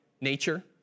nature